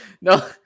no